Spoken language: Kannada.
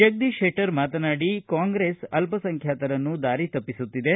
ಜಗದೀಶ್ ಶೆಟ್ಟರ್ ಮಾತನಾಡಿ ಕಾಂಗ್ರೆಸ್ ಅಲ್ಪಸಂಖ್ಯಾತರನ್ನು ದಾರಿ ತಪ್ಪಿಸುತ್ತಿದೆ